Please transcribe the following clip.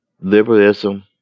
liberalism